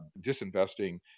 disinvesting